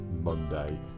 Monday